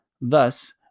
Thus